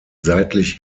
seitlich